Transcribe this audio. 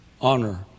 honor